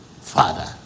Father